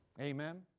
Amen